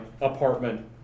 apartment